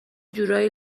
جورایی